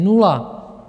Nula.